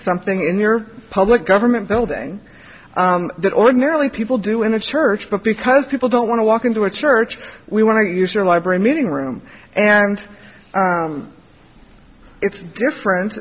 something in your public government building that ordinarily people do in a church but because people don't want to walk into a church we want to use your library meeting room and it's different